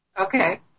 Okay